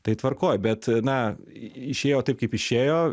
tai tvarkoj bet na išėjo taip kaip išėjo